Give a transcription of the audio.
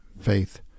faith